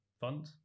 fund